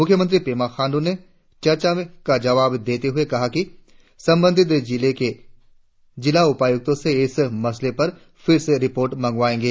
मुख्यमंत्री पेमा खांडू ने चर्चा का जवाब देते हुए कहा कि संबंधित जिलों के जिला उपायुक्तों से इस मसले पर फिर से रिपोर्ट मंगवाएंगे